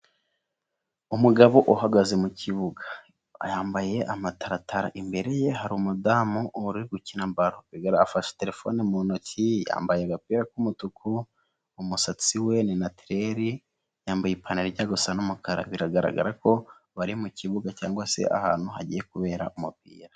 Umugabo uhagaze mu kibuga, yambaye amataratara, imbere ye hari umudamu uri gukina baro, afashe terefone mu ntoki, yambaye agapira k'umutuku, umusatsi we ni natireri, yambaye ipantaro ijya gusa n'umukara, biragaragara ko bari mu kibuga cyangwa se ahantu hagiye kubera umupira.